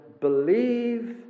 believe